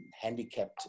handicapped